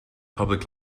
public